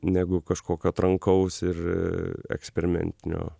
negu kažkokio trankaus ir eksperimentinio